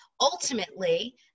ultimately